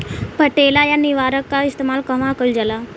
पटेला या निरावन का इस्तेमाल कहवा कइल जाला?